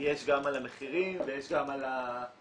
--- יש גם על המחירים ויש גם על ההכנסות.